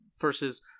versus